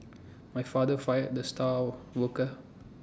my father fired the star worker